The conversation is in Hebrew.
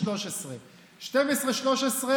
13. 12 ו-13,